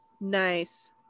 nice